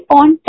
on